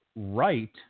right